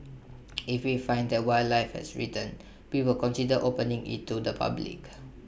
if we find that wildlife has returned we will consider opening IT to the public